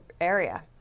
area